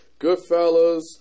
Goodfellas